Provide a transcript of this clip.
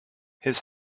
his